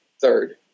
third